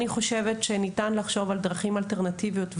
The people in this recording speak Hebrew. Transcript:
חושבת שניתן לחשוב על דרכים אלטרנטיביות.